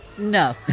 No